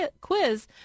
quiz